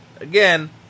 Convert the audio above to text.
again